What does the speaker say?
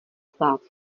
stát